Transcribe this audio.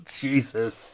jesus